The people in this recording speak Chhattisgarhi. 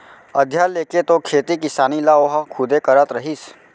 अधिया लेके तो खेती किसानी ल ओहा खुदे करत रहिस